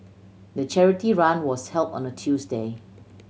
the charity run was held on a Tuesday